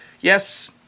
Yes